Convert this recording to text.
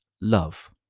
love